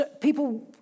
people